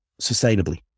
sustainably